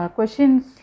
Questions